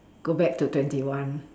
go back to twenty one